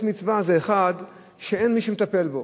מת מצווה זה אחד שאין מי שמטפל בו,